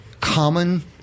common